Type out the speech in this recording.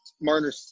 Marner